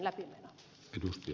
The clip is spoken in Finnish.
arvoisa puhemies